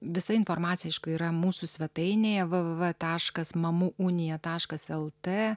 visa informacija aišku yra mūsų svetainėje v v v taškas mamų unija taškas lt